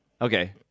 Okay